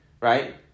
right